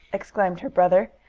exclaimed her brother,